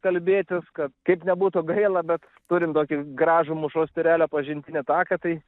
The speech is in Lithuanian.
kalbėtis kad kaip nebūtų gaila bet turim tokį gražų mūšos tyrelio pažintinį taką tai